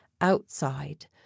Outside